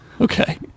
Okay